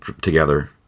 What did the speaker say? together